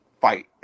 fight